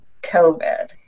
COVID